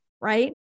Right